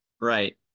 right